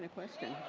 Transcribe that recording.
ah question?